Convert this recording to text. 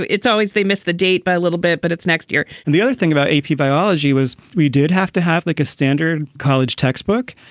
it's always they miss the date by a little bit, but it's next year and the other thing about ap biology was we did have to have like a standard college textbook,